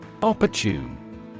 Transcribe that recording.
Opportune